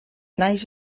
naix